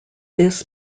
this